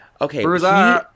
Okay